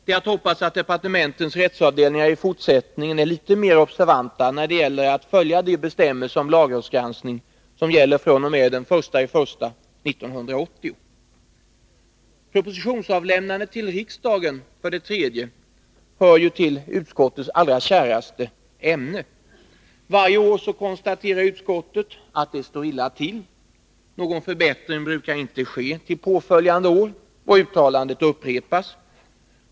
Det är att hoppas att departementens rättsavdelningar i fortsättningen är litet mer observanta i fråga om att följa de bestämmelser om lagrådsgranskning som gäller fr.o.m. den 1 januari 1980. Propositionsavlämnandet till riksdagen — den tredje punkten i betänkandet— hör till utskottets allra käraste ämnen. Varje år konstaterar utskottet att det står illa till. Någon förbättring brukar inte ske till påföljande år, och uttalandet upprepas.